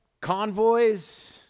convoys